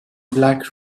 black